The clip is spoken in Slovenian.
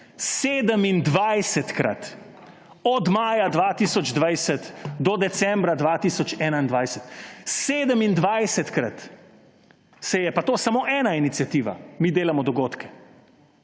27-krat od maja 2020 do decembra 2021. 27-krat se je − pa to samo ena iniciativa Mi delamo dogodke